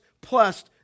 plus